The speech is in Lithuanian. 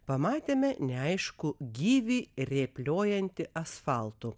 pamatėme neaiškų gyvį rėpliojantį asfaltu